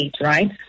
right